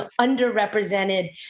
underrepresented